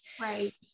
Right